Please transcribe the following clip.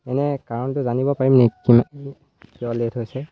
এনেই কাৰণটো জানিব পাৰিম নেকি কিমান কিয় লেট হৈছে